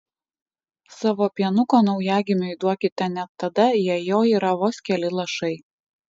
savo pienuko naujagimiui duokite net tada jei jo yra vos keli lašai